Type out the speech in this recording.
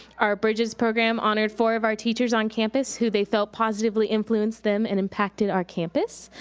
our bridges program honored four of our teachers on campus who they felt positively influenced them and impacted our campus.